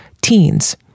teens